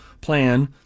plan